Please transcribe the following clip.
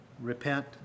repent